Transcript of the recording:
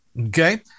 Okay